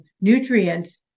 nutrients